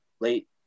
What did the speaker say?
late